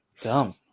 dumb